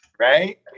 Right